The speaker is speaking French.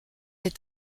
est